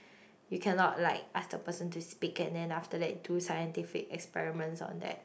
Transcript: you cannot like ask the person to speak and then after that do scientific experiments on that